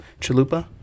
chalupa